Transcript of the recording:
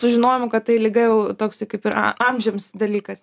sužinojomo kad tai liga jau toks kaip ir am amžiams dalykas